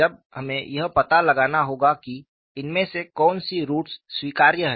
अब हमें यह पता लगाना होगा कि इनमें से कौन सी रूट्स स्वीकार्य हैं